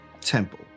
temple